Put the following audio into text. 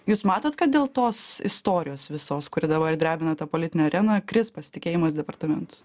jūs matot kad dėl tos istorijos visos kuri dabar drebina tą politinę areną kris pasitikėjimas departamentu